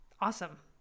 Awesome